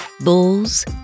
bulls